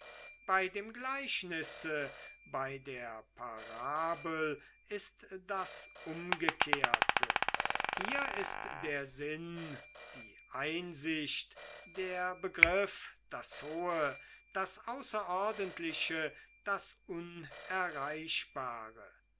bei dem gleichnisse bei der parabel ist das umgekehrte hier ist der sinn die einsicht der begriff das hohe das außerordentliche das unerreichbare